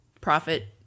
profit